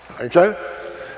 Okay